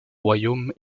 royaume